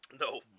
No